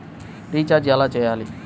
Recharge ఎలా చెయ్యాలి?